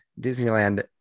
Disneyland